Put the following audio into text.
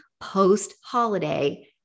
post-holiday